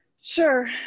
Sure